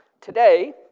today